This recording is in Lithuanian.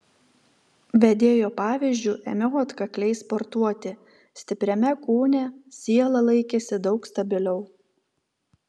vedėjo pavyzdžiu ėmiau atkakliai sportuoti stipriame kūne siela laikėsi daug stabiliau